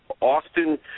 Austin